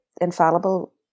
Infallible